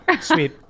Sweet